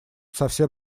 совсем